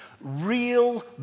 real